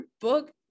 book